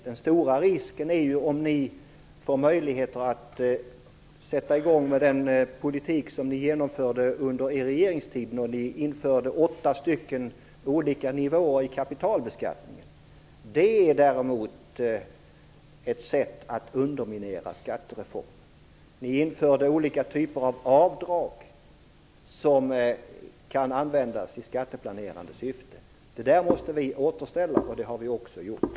Den stora risken är ju om ni får möjligheter att fullfölja den politik som ni genomförde under er regeringstid, då ni införde åtta olika nivåer i kapitalbeskattningen. Det är däremot ett sätt att underminera skattereformen. Ni införde olika typer av avdrag som kan användas i skatteplanerande syfte. Detta måste vi återställa, vilket vi också har gjort.